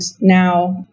now